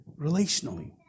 relationally